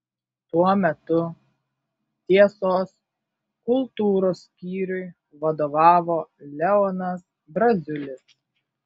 tuo metu tiesos kultūros skyriui vadovavo leonas braziulis